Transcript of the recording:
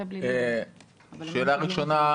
שאלה ראשונה,